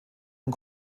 und